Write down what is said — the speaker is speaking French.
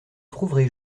trouverez